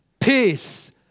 Peace